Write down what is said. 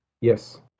Yes